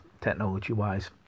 technology-wise